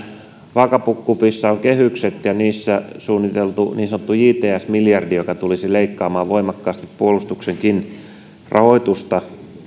vaakakupissa ovat kehykset ja niissä suunniteltu niin sanottu jts miljardi joka tulisi leikkaamaan voimakkaasti puolustuksenkin rahoitusta